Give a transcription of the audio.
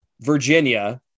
Virginia